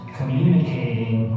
communicating